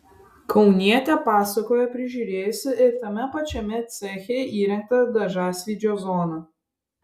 kaunietė pasakojo prižiūrėjusi ir tame pačiame ceche įrengtą dažasvydžio zoną